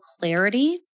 clarity